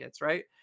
right